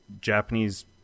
japanese